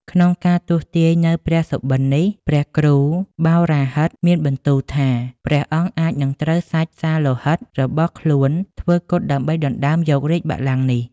ក្នុងការទស្សទាយនូវព្រះសុបិននេះ ព្រះគ្រូបោរាហិត មានបន្ទូលថា ព្រះអង្គអាចនិងត្រូវសាច់សាលោហិតរបស់ខ្លួន ធ្វើគត់ដើម្បីដណ្ដើមយករាជបល្ល័ងនេះ។